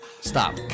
Stop